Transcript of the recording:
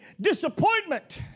disappointment